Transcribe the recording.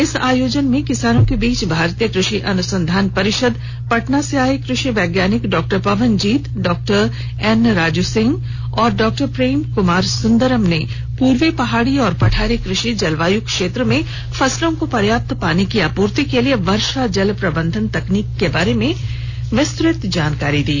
इस आयोजन में किसानों के बीच भारतीय कृषि अनुसंधान परिषद पटना से आये कृषि वैज्ञानिक डॉ पवन जीत डॉ एन राजू सिंह एवं डॉ प्रेम कुमार सुन्दरम् ने पूर्वी पहाड़ी और पठारी कृषि जलवायू क्षेत्र में फसलों को पर्याप्त पानी की आपूर्ति के लिए वर्षा जल प्रबंधन तकनीक के बारे में विस्तृत जानकारी दी